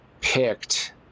picked